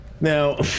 Now